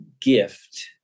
gift